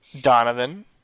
Donovan